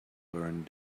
learned